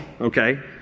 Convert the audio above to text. okay